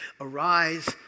Arise